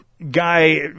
guy